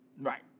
Right